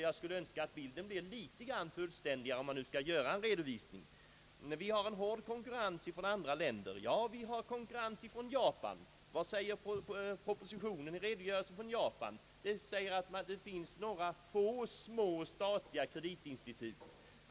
Jag skulle önska att bilden blir något fullständigare, om man nu skall göra en redovisning. Vi har en hård konkurrens från andra länder, säger finansministern. Det är riktigt, vi har konkurrens från t.ex. Japan. Vad säger propositionen i redogörelsen om Japan? Den säger att där finns några få små statliga kreditinstitut.